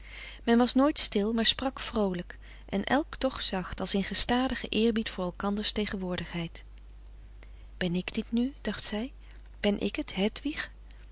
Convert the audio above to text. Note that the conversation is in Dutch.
men was nooit stil maar sprak vroolijk en elk toch zacht als in gestadigen eerbied voor elkanders tegenwoordigheid ben ik dit nu dacht zij ben ik het